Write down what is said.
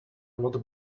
lot